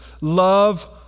Love